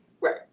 Right